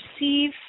receive